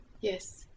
yes